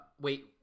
wait